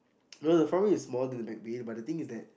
no no front view is more than the back view but the thing is that